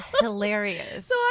hilarious